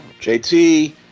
JT